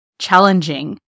challenging